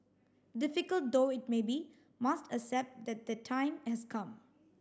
difficult though it may be must accept that that time has come